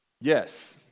Yes